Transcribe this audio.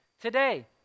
Today